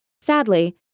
Sadly